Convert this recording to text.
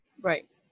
Right